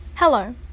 Hello